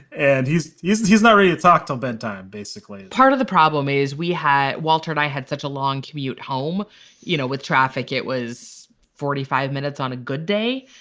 and he's useless he's not ready to talk till bedtime basically part of the problem is we had walter and i had such a long commute home you know with traffic it was forty five minutes on a good day.